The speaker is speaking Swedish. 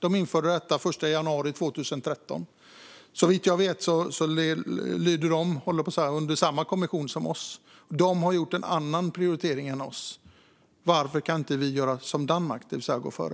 De införde detta den 1 januari 2013. Såvitt jag vet lyder de, höll jag på att säga, under samma kommission som vi. De har gjort en annan prioritering än vi. Varför kan inte vi göra som Danmark, det vill säga gå före?